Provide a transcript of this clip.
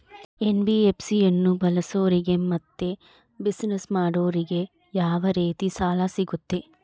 NBFC ಅನ್ನು ಬಳಸೋರಿಗೆ ಮತ್ತೆ ಬಿಸಿನೆಸ್ ಮಾಡೋರಿಗೆ ಯಾವ ರೇತಿ ಸಾಲ ಸಿಗುತ್ತೆ?